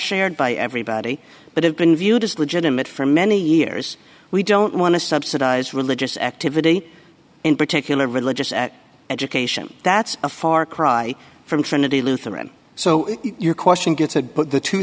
shared by everybody but have been viewed as legitimate for many years we don't want to subsidize religious activity in particular religious at education that's a far cry from trinity lutheran so your question gets a put the two